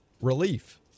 relief